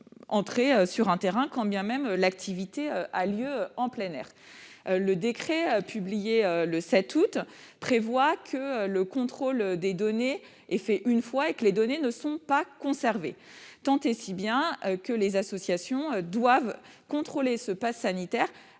entrer sur un terrain, quand bien même l'activité a lieu en plein air. Le décret publié le 7 août dernier prévoit que le contrôle des données est fait une fois et que les données ne sont pas conservées, tant et si bien que les associations doivent contrôler le passe sanitaire